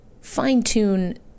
fine-tune